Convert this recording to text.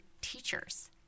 teachers